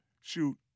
shoot